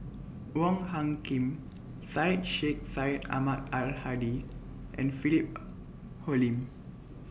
Wong Hung Khim Syed Sheikh Syed Ahmad Al Hadi and Philip Hoalim